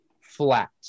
flat